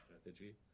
strategy